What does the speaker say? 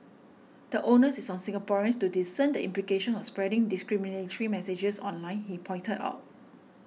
the onus is on Singaporeans to discern the implications of spreading discriminatory messages online he pointed out